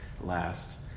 last